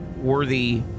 worthy